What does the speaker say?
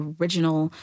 original